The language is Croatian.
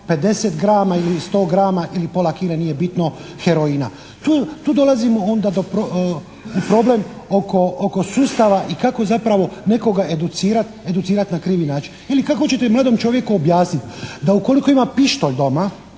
50 grama ili 100 grama ili pola kile, nije bitno, heroina. Tu dolazimo onda do problema oko sustava i kako zapravo nekoga educirati na krivi način. Ili kako ćete mladom čovjeku objasniti da ukoliko ima pištolj doma,